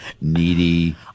needy